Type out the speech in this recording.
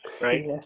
right